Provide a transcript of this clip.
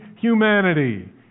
humanity